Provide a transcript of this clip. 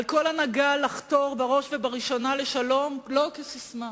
על כל הנהגה לחתור בראש ובראשונה לשלום, לא כססמה,